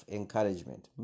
encouragement